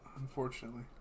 Unfortunately